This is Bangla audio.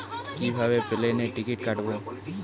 কিভাবে প্লেনের টিকিট কাটব?